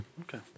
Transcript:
Okay